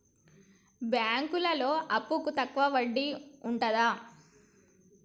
బ్యాంకులలో అప్పుకు తక్కువ వడ్డీ ఉంటదా?